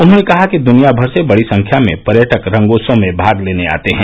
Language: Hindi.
उन्होंने कहा कि दुनिया भर से बड़ी संख्या में पर्यटक रंगोत्सव में भाग लेने आते हैं